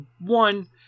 one